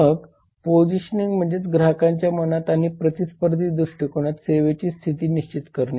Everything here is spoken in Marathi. मग पोझिशनिंग म्हणजे ग्राहकांच्या मनात आणि प्रतिस्पर्धी दृष्टीकोनात सेवेची स्थिती निश्चित करणे